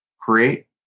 create